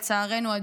לצערנו?